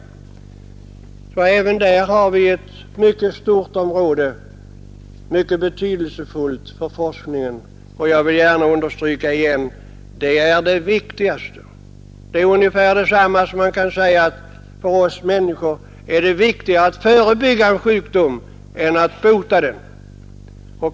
Även där har vi ett för forskningen mycket stort och betydelsefullt område. Jag vill återigen understryka att det är det viktigaste. Det är ungefär detsamma som man kan säga för oss människor, att det är viktigare att förebygga en sjukdom än att bota den.